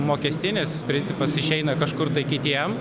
mokestinis principas išeina kažkur tai kitiem